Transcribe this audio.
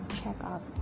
checkup